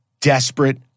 desperate